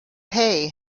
hay